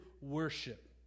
worship